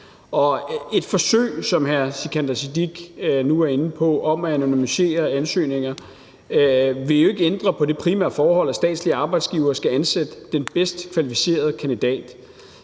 Et forsøg, som hr. Sikandar Siddique nu er inde på, om at anonymisere ansøgninger vil jeg jo ikke ændre på det primære forhold, at statslige arbejdsgivere skal ansætte den bedst kvalificerede kandidat.